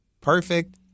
perfect